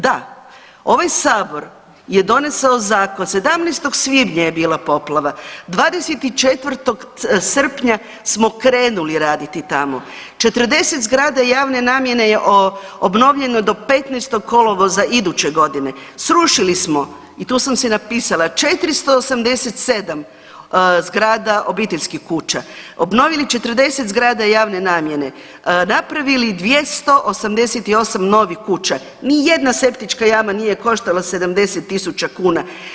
Da, ovaj Sabor je donesao zakon, 17. svibnja je bila poplava, 24. srpnja smo krenuli raditi tamo, 40 zgrada javne namjene je obnovljeno do 15. kolovoza iduće godine, srušili smo, tu sam si napisala, 487 zgrada, obiteljskih kuća, obnovili 40 zgrada javne namjene, napravili 288 novih kuća, nijedna septička jama nije koštala 70 tisuća kuna.